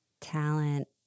Talent